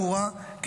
ברורה,